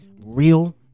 real